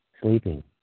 sleeping